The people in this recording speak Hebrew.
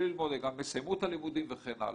ללמוד וגם יסיימו את הלימודים וכן הלאה,